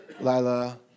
Lila